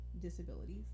disabilities